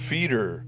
Feeder